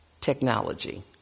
technology